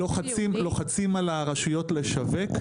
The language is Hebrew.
לוחצים על הרשויות לשווק,